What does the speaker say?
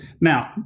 Now